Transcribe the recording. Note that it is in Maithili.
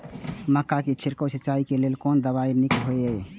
मक्का के छिड़काव सिंचाई के लेल कोन दवाई नीक होय इय?